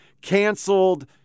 canceled